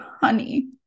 honey